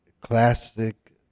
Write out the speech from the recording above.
classic